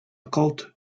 cult